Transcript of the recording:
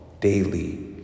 daily